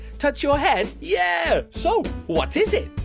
touch your head. yeah. so, what is it?